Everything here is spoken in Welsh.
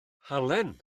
halen